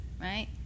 right